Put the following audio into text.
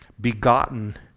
begotten